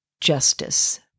justice